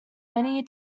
many